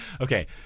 Okay